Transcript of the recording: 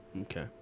Okay